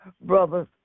brothers